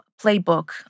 playbook